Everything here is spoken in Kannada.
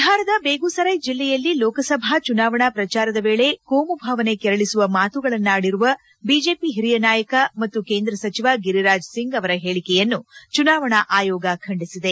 ಬಿಹಾರದ ಬೇಗುಸರ್ವೆ ಜಿಲ್ಲೆಯಲ್ಲಿ ಲೋಕಸಭಾ ಚುನಾವಣಾ ಪ್ರಚಾರದ ವೇಳೆ ಕೋಮುಭಾವನೆ ಕೆರಳಿಸುವ ಮಾತುಗಳನ್ನಾಡಿರುವ ಬಿಜೆಪಿ ಹಿರಿಯ ನಾಯಕ ಮತ್ತು ಕೇಂದ್ರ ಸಚಿವ ಗಿರಿರಾಜ್ ಸಿಂಗ್ ಅವರ ಹೇಳಿೆಯನ್ನು ಚುನಾವಣಾ ಆಯೋಗ ಖಂಡಿಸಿದೆ